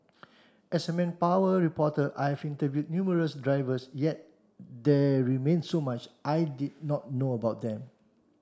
as a manpower reporter I have interviewed numerous drivers yet there remained so much I did not know about them